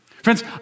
Friends